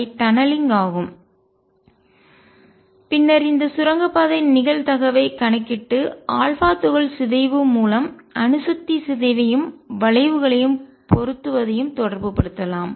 அவை டநலிங்க் ஆகும் துளைத்து செல்லும் பின்னர் இந்த சுரங்கப்பாதை நிகழ்தகவைக் கணக்கிட்டு ஆல்பா துகள் சிதைவு மூலம் அணுசக்தி சிதைவையும் வளைவுகளைப் பொருத்துவதையும் தொடர்புபடுத்தலாம்